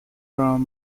for